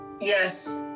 yes